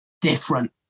different